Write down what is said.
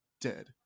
dead